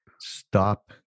stop